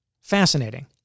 Fascinating